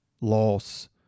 loss